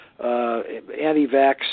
Anti-vax